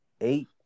eight